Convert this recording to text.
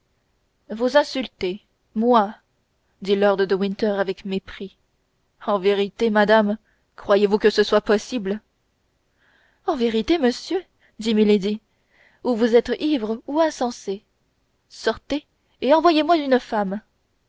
vous insulter moi dit lord de winter avec mépris en vérité madame croyez-vous que ce soit possible en vérité monsieur dit milady vous êtes ou ivre ou insensé sortez et envoyez-moi une femme